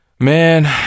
man